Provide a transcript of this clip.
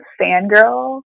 fangirl